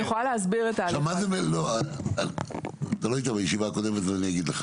אתה לא היית בישיבה הקודמת, ואני אגיד לך.